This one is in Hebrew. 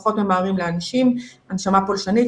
פחות ממהרים להנשים הנשמה פולשנית,